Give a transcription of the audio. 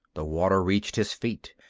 the water reached his feet,